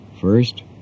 First